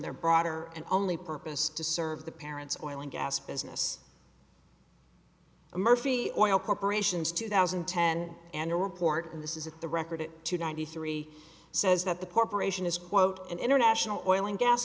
their broader and only purpose to serve the parents oil and gas business a mercy oil corporations two thousand and ten and a report on this is at the record two ninety three says that the corporation is quote an international oil and gas